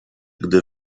gdy